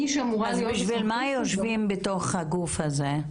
אז בשביל מה יושבים בתוך הגוף הזה?